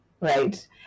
right